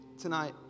tonight